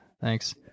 thanks